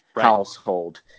household